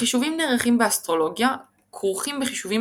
החישובים הנערכים באסטרולוגיה כרוכים בחישובים